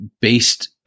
based